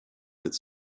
its